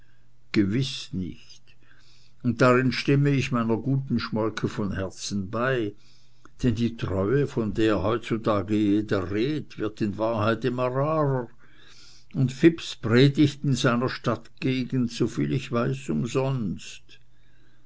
gewiß nicht und darin stimme ich meiner guten schmolke von herzen bei denn die treue von der heutzutage jeder redt wird in wahrheit immer rarer und fips predigt in seiner stadtgegend soviel ich weiß umsonst